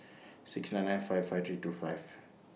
six nine nine five five three two five